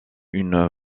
une